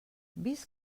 vist